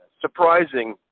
surprising